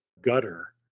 gutter